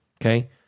okay